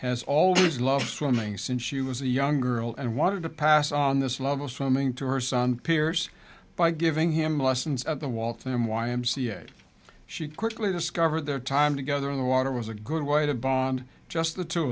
has always loved swimming since she was a young girl and wanted to pass on this level swimming to her son peers by giving him lessons of the waltham y m c a she quickly discovered their time together in the water was a good way to bond just the two